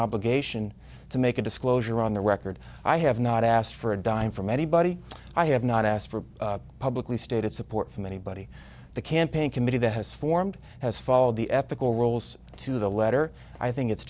obligation to make a disclosure on the record i have not asked for a dime from anybody i have not asked for publicly stated support from anybody the campaign committee that has formed has followed the ethical rules to the letter i think it's